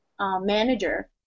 manager